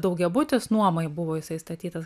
daugiabutis nuomai buvo jisai statytas